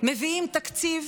מביאים תקציב